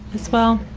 as well?